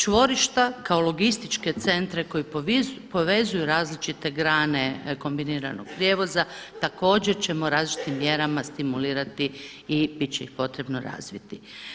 Čvorišta kao logističke centre koji povezuju različite grane kombiniranog prijevoza također ćemo različitim mjerama stimulirati i biti će ih potrebno razviti.